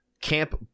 camp